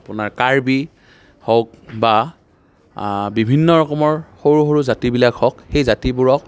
আপোনাৰ কাৰ্বি হওক বা বিভিন্ন ৰকমৰ সৰু সৰু জাতিবিলাক হওক সেই জাতিবোৰক